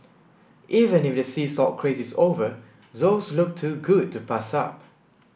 even if the sea salt craze is over those look too good to pass up